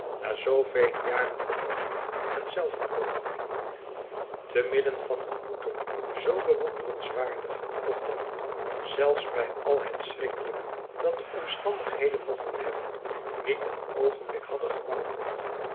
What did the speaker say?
na zoovele jaren van berouw en zelfverloochening te midden van een boete zoo bewonderenswaardig begonnen zelfs bij al het schrikkelijke dat de omstandigheden mochten hebben niet een oogenblik hadde gewankeld